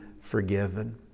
forgiven